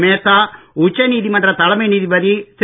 மேத்தா உச்ச நீதிமன்ற தலைமை நீதிபதி திரு